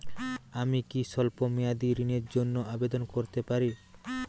আমি কি স্বল্প মেয়াদি ঋণের জন্যে আবেদন করতে পারি?